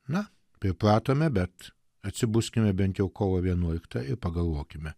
na pripratome bet atsibuskime bent jau kovo vienuoliktąją ir pagalvokime